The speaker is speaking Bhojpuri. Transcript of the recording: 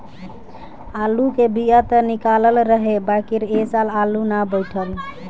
आलू के बिया त निकलल रहे बाकिर ए साल आलू ना बइठल